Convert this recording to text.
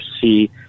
see